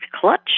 clutch